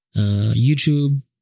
YouTube